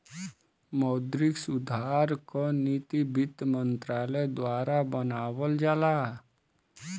मौद्रिक सुधार क नीति वित्त मंत्रालय द्वारा बनावल जाला